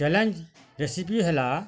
challenge recipe ହେଲା